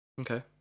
Okay